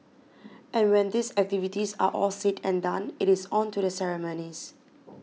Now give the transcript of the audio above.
and when these activities are all said and done it is on to the ceremonies